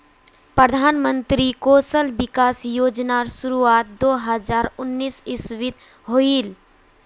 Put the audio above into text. प्रधानमंत्री कौशल विकाश योज्नार शुरुआत दो हज़ार उन्नीस इस्वित होहिल